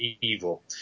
Evil